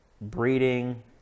breeding